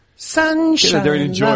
Sunshine